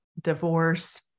divorce